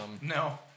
No